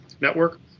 network